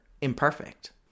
imperfect